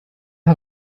hat